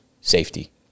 safety